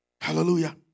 Hallelujah